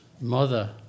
mother